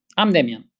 i'm demian,